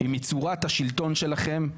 היא מצורת השלטון שלכם,